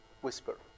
Whisper